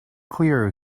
clear